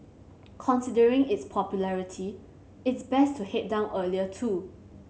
considering its popularity it's best to head down earlier too